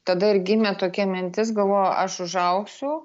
tada ir gimė tokia mintis galvojau aš užaugsiu